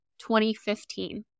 2015